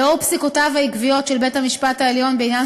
לאור פסיקותיו העקביות של בית-המשפט העליון בעניין